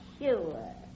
sure